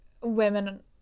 women